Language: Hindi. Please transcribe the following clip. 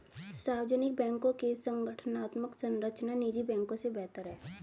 सार्वजनिक बैंकों की संगठनात्मक संरचना निजी बैंकों से बेहतर है